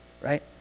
Right